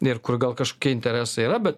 ir kur gal kažkokie interesai yra bet